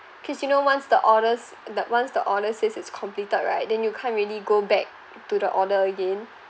because you know once the orders that once the orders says it's completed right then you can't really go back to the order again